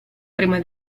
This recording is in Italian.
prima